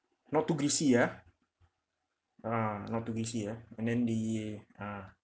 not too greasy ah ah not too greasy ah and then the ah